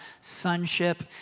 sonship